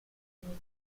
killed